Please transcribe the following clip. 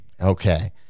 Okay